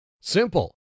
Simple